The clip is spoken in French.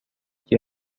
qui